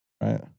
right